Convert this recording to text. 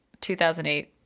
2008